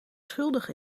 schuldig